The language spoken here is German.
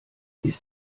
ist